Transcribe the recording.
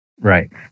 Right